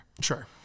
Sure